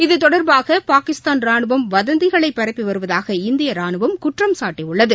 இது தொடர்பாக பாகிஸ்தான் ராணுவம் வதந்திகளை பரப்பி வருவதாக இந்திய ராணுவம் குற்றம்சாட்டியுள்ளது